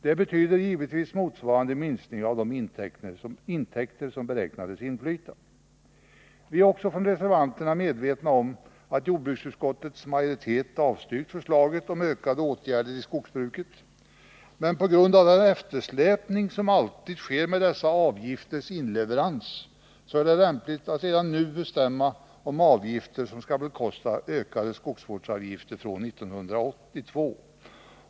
Det betyder givetvis motsvarande minskning av de intäkter som beräknades inflyta. Vi reservanter är också medvetna om att jordbruksutskottets majoritet avstyrkt förslaget om ökade åtgärder i skogsbruket, men på grund av den eftersläpning som alltid sker när det gäller dessa avgifters inleverans är det lämpligt att redan nu besluta om de avgifter som skall bekosta ökade skogsvårdsåtgärder från 1982.